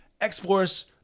x-force